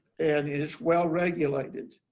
and it is well regulated.